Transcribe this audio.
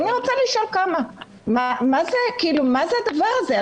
מה זה הדבר הזה?